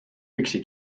üksi